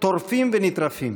טורפים ונטרפים.